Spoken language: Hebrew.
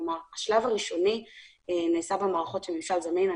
כלומר, השלב הראשוני נעשה במערכות של ממשל זמין.